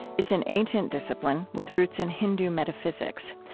it's an ancient discipline, with roots in hindu metaphysics.